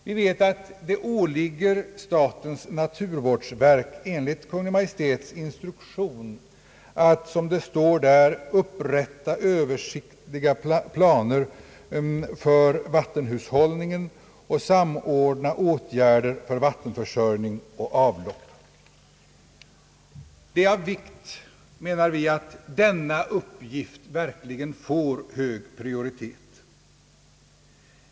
Vi vet att det åligger statens naturvårdsverk att, som det står i den av Kungl. Maj:t utfärdade instruktionen, »upprätta översiktliga planer för vattenhushållningen och samordna åtgärder för vattenförsörjning och avlopp». Det är av vikt, menar vi, att denna uppgift verkligen får hög prioritet.